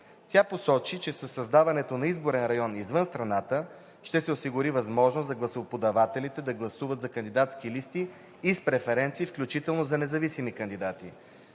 Тя посочи, че със създаването на изборен район „Извън страната“ ще се осигури възможност за гласоподавателите да гласуват за кандидатски листи и с преференция, включително за независими кандидати.